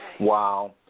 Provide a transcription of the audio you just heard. Wow